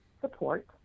Support